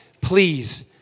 Please